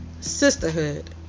Sisterhood